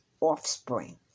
offspring